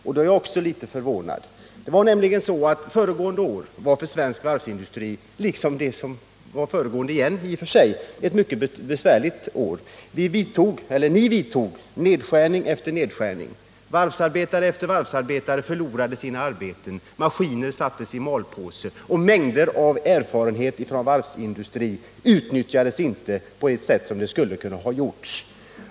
Det gör mig också litet förvånad. Föregående år var nämligen ett mycket besvärligt år för svensk varvsindustri — liksom året dessförinnan. Ni företog nedskärning efter nedskärning. Varvsarbetare efter varvsarbetare förlorade sitt arbete. Maskiner lades i malpåse, och mängder av erfarenheter från varvsindustrin utnyttjades inte på det sätt som skulle ha kunnat göras.